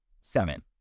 Seven